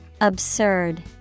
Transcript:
absurd